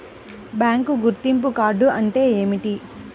Bank గుర్తింపు card అంటే ఏమిటి?